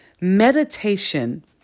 meditation